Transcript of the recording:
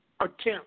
attempt